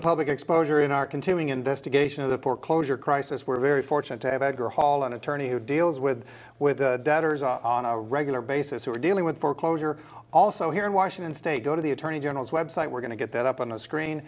to public exposure in our continuing investigation of the foreclosure crisis we're very fortunate to have actor hall an attorney who deals with with debtors on a regular basis who are dealing with foreclosure also here in washington state go to the attorney general's website we're going to get that up on the screen